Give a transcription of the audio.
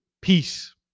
Peace